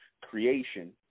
creation